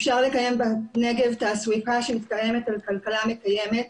אפשר לקיים בנגב תעסוקה שמתקיימת על כלכלה מקיימת.